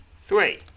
three